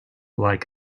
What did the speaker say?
like